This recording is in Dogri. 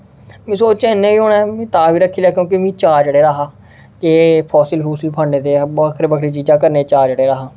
में सोचेआ नेईं होना ऐ में तां बी रक्खी लैआ क्योंकि मिगी चाऽ चढे़ दा हा कि फसल फूसल फड़ने दे बक्खरी बक्खरी चीजां करने दा चाऽ चढे़ दा हा